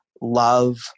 love